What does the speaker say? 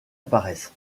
apparaissent